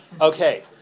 Okay